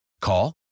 Call